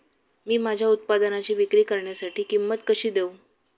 मी माझ्या उत्पादनाची विक्री करण्यासाठी किंमत कशी देऊ?